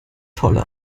tolle